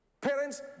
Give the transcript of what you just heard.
Parents